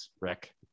rick